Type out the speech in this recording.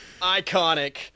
Iconic